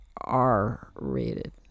R-rated